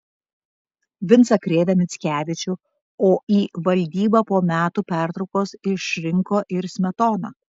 vincą krėvę mickevičių o į valdybą po metų pertraukos išrinko ir smetoną